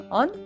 on